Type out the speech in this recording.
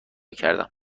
کردم